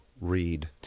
read